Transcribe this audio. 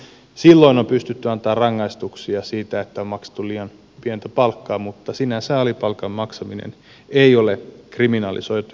silloin on pystytty antamaan rangaistuksia siitä että on maksettu liian pientä palkkaa mutta sinänsä alipalkan maksaminen ei ole kriminalisoitua